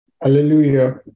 Hallelujah